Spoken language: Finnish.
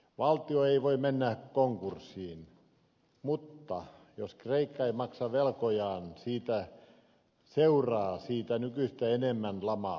valtio ei voi mennä konkurssiin mutta jos kreikka ei maksa velkojaan seuraa siitä nykyistä enemmän lamaa